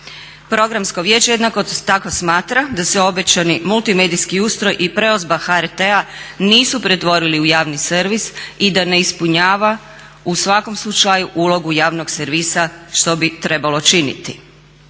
Programsko vijeće jednako tako smatra da se obećani multimedijski ustroj i preobrazba HRT-a nisu pretvorili u javni servis i da ne ispunjava u svakom slučaju ulogu javnog servisa što bi trebalo činiti.